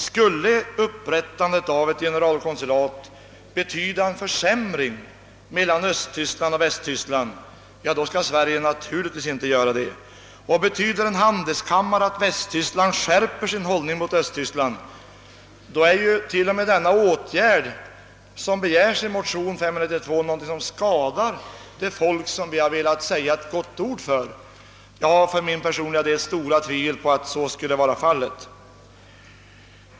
Skulle upprättandet av ett generalkonsulat eller en handelskammare betyda en försämring i förbindelserna mellan Östtyskland och Västtyskland, skall Sverige naturligtvis inte vidta en sådan här åtgärd. Innebär upprättandet av en handelskammare att Västtyskland skärper sin hållning mot Östtyskland, vore ju den åtgärd som begärs i motion II: 592 någonting som skadar det folk som vi har velat lägga ett gott ord för. Jag har dock för min personliga del stora tvivel om att så skulle bli fallet.